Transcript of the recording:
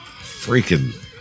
freaking